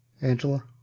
Angela